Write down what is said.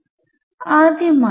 ഇവയാണ് ഈ ഇക്വേഷന്റെ സൊല്യൂഷനുകൾ